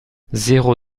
zéro